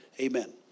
Amen